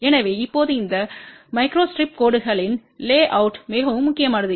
எனவே இப்போது இந்த மைக்ரோஸ்ட்ரிப் கோடுகளின் லேஅவுட்ப்பு மிகவும் முக்கியமானது